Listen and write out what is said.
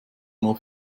nur